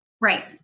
right